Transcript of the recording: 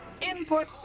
Input